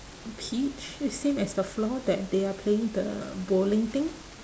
peach same as the floor that they are playing the bowling thing